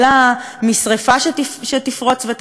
משרפה שתפרוץ ותצא משליטה,